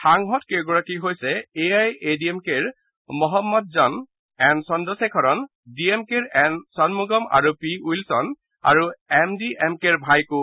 সাসংদ কেইগৰাকী হৈছে A I A D M কেৰ এ মহন্মথজন আৰু এন চন্দ্ৰশেখৰণ ডি এম কেৰ এন সনমুগম আৰু পি উইলচন আৰু এম ডি এম কেৰ ভাইকো